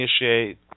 initiate